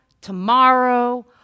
tomorrow